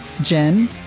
Jen